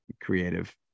creative